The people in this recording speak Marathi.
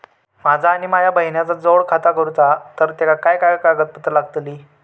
माझा आणि माझ्या बहिणीचा जोड खाता करूचा हा तर तेका काय काय कागदपत्र लागतली?